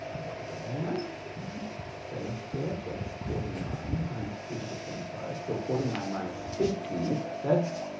there yeah seven squared that's forty nine minus two times twenty five, so forty nine minus fifty that's